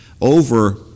over